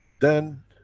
then